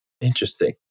Interesting